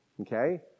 Okay